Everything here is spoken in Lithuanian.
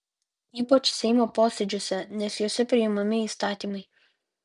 ypač seimo posėdžiuose nes juose priimami įstatymai